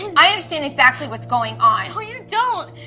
and i understand exactly what's going on. no, you don't.